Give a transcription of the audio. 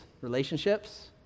relationships